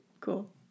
Cool